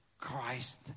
Christ